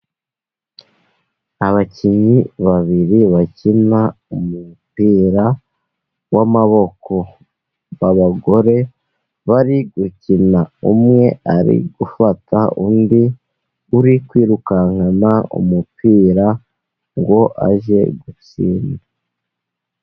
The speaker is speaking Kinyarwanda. Abakinnyi babiri bakina umupira w'amaboko, abagore bari gukina umwe ari gufata undi uri kwirukankana umupira ngo ajye gutsinda.